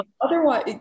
otherwise